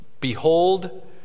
behold